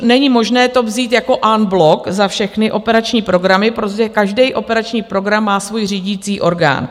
Není možné to vzít en bloc za všechny operační programy, protože každý operační program má svůj řídicí orgán.